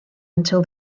until